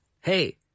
Hey